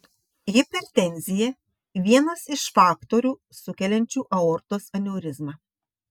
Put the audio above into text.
hipertenzija vienas iš faktorių sukeliančių aortos aneurizmą